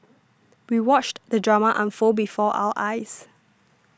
we watched the drama unfold before our eyes